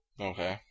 Okay